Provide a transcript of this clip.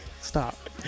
Stop